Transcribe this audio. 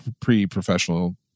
pre-professional